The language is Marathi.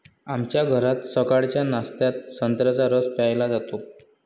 आमच्या घरात सकाळच्या नाश्त्यात संत्र्याचा रस प्यायला जातो